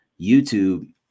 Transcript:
YouTube